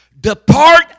Depart